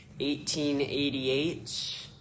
1888